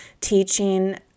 teaching